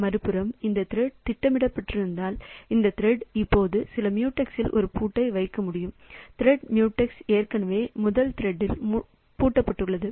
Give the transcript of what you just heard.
மறுபுறம் இந்த திரெட் திட்டமிடப்பட்டிருந்தால் இந்த திரெட் இப்போது முதல் மியூடெக்ஸில் ஒரு பூட்டை வைக்க முயற்சிக்கும் திரெட் மியூடெக்ஸ் ஏற்கனவே முதல் திரெட்ல் பூட்டப்பட்டுள்ளது